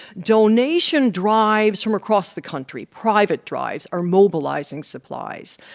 donation drives from across the country, private drives are mobilizing supplies.